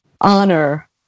honor